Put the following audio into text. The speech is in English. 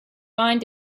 mind